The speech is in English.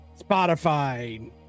Spotify